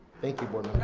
thank you board